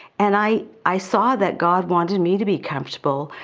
and i i saw that god wanted me to be comfortable,